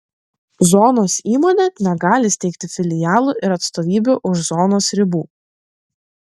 zonos įmonė negali steigti filialų ir atstovybių už zonos ribų